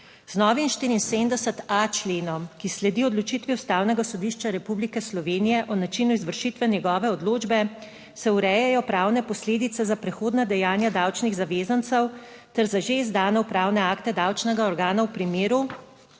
Z novim 74 a. Členom, ki sledi odločitvi Ustavnega sodišča Republike Slovenije o načinu izvršitve njegove odločbe. Se urejajo pravne posledice za prehodna dejanja davčnih zavezancev ter za že izdane upravne akte davčnega organa v primeru